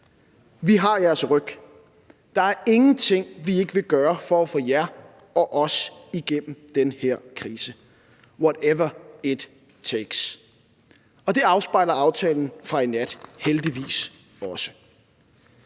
Vi har jeres ryg; der er ingenting, vi ikke vil gøre for at få jer og os igennem den her krise, whatever it takes. Det afspejler aftalen fra i nat heldigvis også,